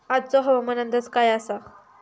आजचो हवामान अंदाज काय आसा?